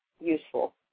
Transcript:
useful